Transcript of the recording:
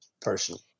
personally